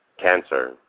Cancer